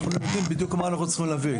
אנחנו נתחיל בדיוק במה אנחנו צריכים להביא.